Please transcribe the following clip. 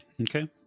Okay